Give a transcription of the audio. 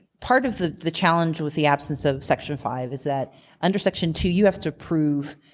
part of the the challenge with the absence of section five is that under section two you have to prove.